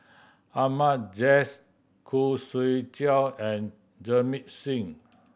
Ahmad Jais Khoo Swee Chiow and Jamit Singh